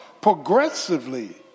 progressively